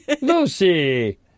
Lucy